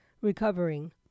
recovering